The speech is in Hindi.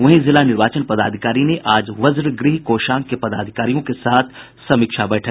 वहीं जिला निर्वाचन पदाधिकारी ने आज वज्र गृह कोषांग के पदाधिकारियों के साथ समीक्षा बैठक की